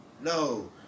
No